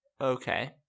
Okay